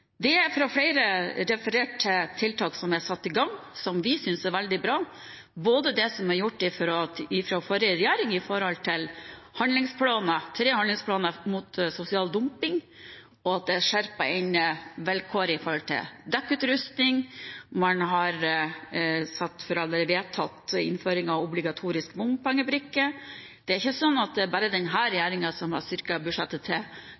Det er fra flere referert til tiltak som er satt i gang, som vi synes er veldig bra, både det som er gjort fra forrige regjering med handlingsplaner – tre handlingsplaner mot sosial dumping, og det er skjerpet inn vilkår om dekkutrustning. Man har vedtatt innføring av obligatorisk bompengebrikke. Så det er ikke bare denne regjeringen som har styrket budsjettet til kontroller. Det er også gjort av tidligere regjering, og vi støtter selvfølgelig en styrket innsats her